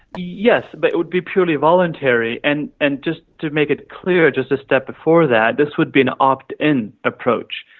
yes, but it would be purely voluntary. and and just to make it clear, just a step before that, this would be an opt-in and approach.